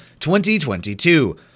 2022